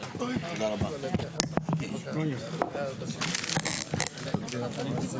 הישיבה ננעלה בשעה 14:01.